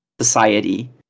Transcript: society